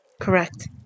Correct